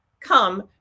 come